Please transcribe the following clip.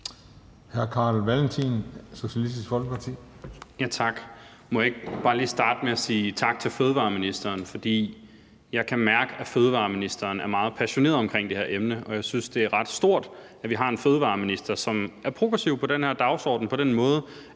jeg ikke bare lige starte med at sige tak til fødevareministeren. Jeg kan mærke, at fødevareministeren er meget passioneret omkring det her emne, og jeg synes, det er ret stort, at vi har en fødevareminister, som er progressiv i forhold til den her dagsorden på den måde,